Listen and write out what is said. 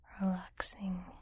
relaxing